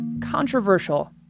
controversial